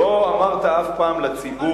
לא אמרת אף פעם לציבור,